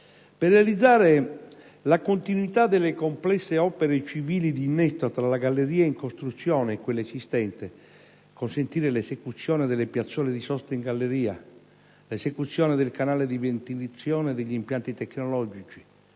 Per realizzare la continuità delle complesse opere civili di innesto tra la galleria in costruzione e quella esistente, consentire l'esecuzione delle piazzole di sosta in galleria, l'esecuzione del canale di ventilazione e degli impianti tecnologici